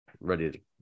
ready